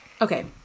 okay